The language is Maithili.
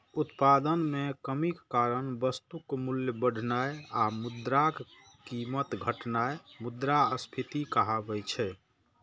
उत्पादन मे कमीक कारण वस्तुक मूल्य बढ़नाय आ मुद्राक कीमत घटनाय मुद्रास्फीति कहाबै छै